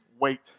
wait